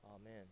Amen